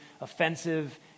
offensive